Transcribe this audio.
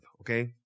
okay